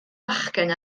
bachgen